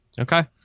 Okay